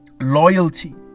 loyalty